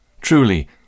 Truly